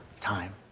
time